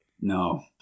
No